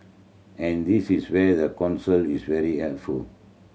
and this is where the Council is very helpful